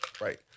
right